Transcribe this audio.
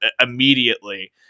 immediately